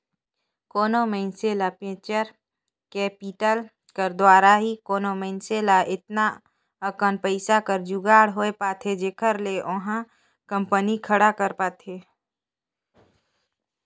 कोनो मइनसे ल वेंचर कैपिटल कर दुवारा ही कोनो मइनसे ल एतना अकन पइसा कर जुगाड़ होए पाथे जेखर ले ओहा कंपनी खड़ा कर पाथे